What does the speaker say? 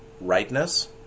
rightness